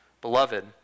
Beloved